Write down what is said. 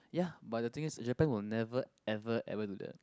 ya but the things is Japan will never ever ever do that